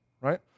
right